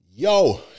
Yo